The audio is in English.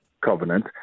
Covenant